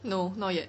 no not yet